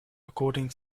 according